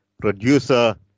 producer